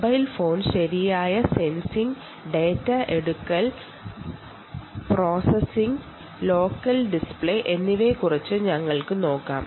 mobile phone ഉപയോഗിച്ച് sensing data ശേഖരണം processing ലോക്കലായി ഡിസ്പ്ലേ ചെയ്യാവുന്നതാണ്